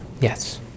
Yes